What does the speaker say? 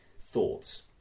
Thoughts